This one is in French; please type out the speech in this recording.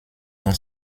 dans